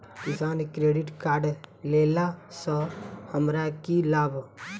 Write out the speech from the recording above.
किसान credit card लेला सऽ हमरा की लाभ?